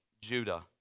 Judah